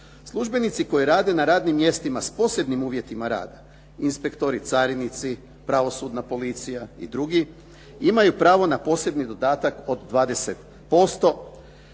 Službenici koji rade na radnim mjestima s posebnim uvjetima rada, inspektori carinici, pravosudna policija i drugi imaju pravo na posebni dodatak od 20%